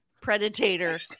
Predator